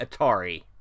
Atari